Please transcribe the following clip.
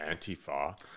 Antifa